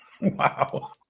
Wow